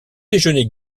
déjeuner